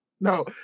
No